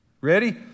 Ready